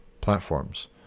platforms